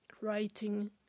writing